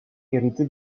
hérité